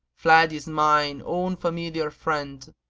fled is mine own familiar friend,